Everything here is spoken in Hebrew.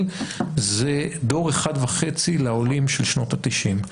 זה דור אחד וחצי לעולים של שנות ה-90.